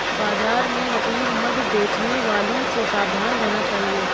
बाजार में नकली मधु बेचने वालों से सावधान रहना चाहिए